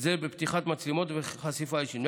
זה של פתיחת מצלמות וחשיפה אישית.